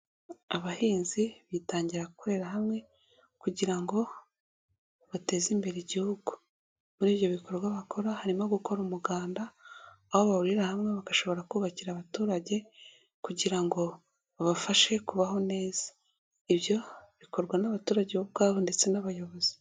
Abahinzi bitangira gukorera hamwe kugira ngo bateze imbere Igihugu. Muri ibyo bikorwa bakora harimo gukora umuganda, aho bahurira hamwe bagashobora kubakira abaturage kugira ngo babafashe kubaho neza. Ibyo bikorwa n'abaturage bo ubwabo ndetse n'abayobozi.